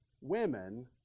Women